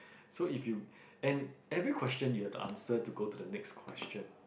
so if you and every question you have to answer to go to the next question